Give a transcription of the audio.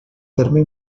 terme